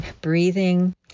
breathing